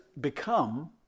become